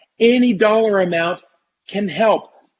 any dollar amount can help.